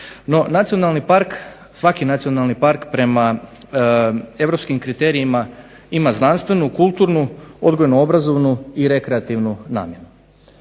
svaki nacionalni park prema europskim kriterijima ima znanstvenu, kulturnu, odgojno-obrazovnu i rekreativnu namjenu.